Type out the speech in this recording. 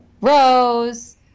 Rose